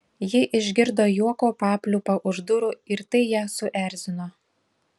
ji išgirdo juoko papliūpą už durų ir tai ją suerzino